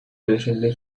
patiently